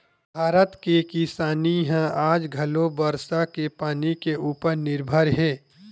भारत के किसानी ह आज घलो बरसा के पानी के उपर निरभर हे